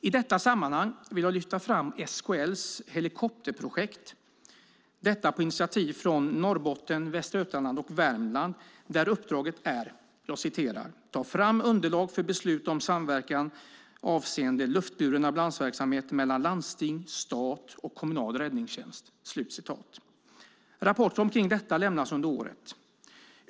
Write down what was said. I detta sammanhang vill jag lyfta fram SKL:s helikopterprojekt på initiativ från Norrbotten, Västra Götaland och Värmland, där uppdraget är att "ta fram underlag för beslut om samverkan avseende luftburen ambulansverksamhet mellan landsting, stat och kommunal räddningstjänst". En rapport kring detta lämnas under året.